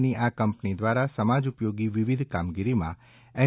ની આ કંપની દ્વારા સમાજ ઉપયોગી વિવિધ કામગીરીમાં એન